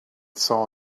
saw